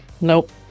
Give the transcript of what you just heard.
nope